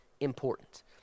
important